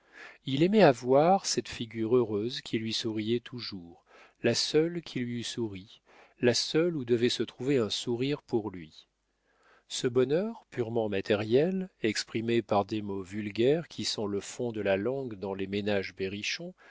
il aimait à voir cette figure heureuse qui lui souriait toujours la seule qui lui eût souri la seule où devait se trouver un sourire pour lui ce bonheur purement matériel exprimé par des mots vulgaires qui sont le fond de la langue dans les ménages berrichons